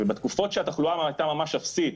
ובתקופות שהתחלואה הייתה ממש אפסית,